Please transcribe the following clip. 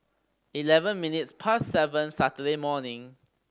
eleven minutes past seven Saturday morning